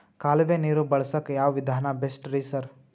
ಕಾಲುವೆ ನೀರು ಬಳಸಕ್ಕ್ ಯಾವ್ ವಿಧಾನ ಬೆಸ್ಟ್ ರಿ ಸರ್?